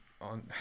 on